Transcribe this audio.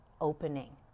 opening